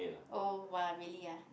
oh !wah! really ah